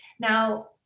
Now